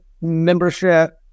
membership